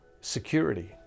security